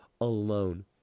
alone